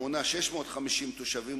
המונה 650 תושבים,